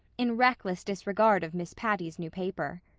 in reckless disregard of miss patty's new paper.